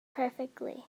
perfectly